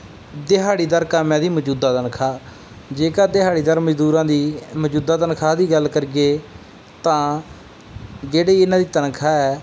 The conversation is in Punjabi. ਦਿਹਾੜੀਦਾਰ ਕਾਮਿਆਂ ਦੀ ਮੌਜੂਦਾ ਤਨਖਾਹ ਜੇਕਰ ਦਿਹਾੜੀਦਾਰ ਮਜ਼ਦੂਰਾਂ ਦੀ ਮੌਜੂਦਾ ਤਨਖਾਹ ਦੀ ਗੱਲ ਕਰੀਏ ਤਾਂ ਜਿਹੜੀ ਇਹਨਾਂ ਦੀ ਤਨਖਾਹ ਹੈ